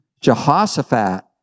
Jehoshaphat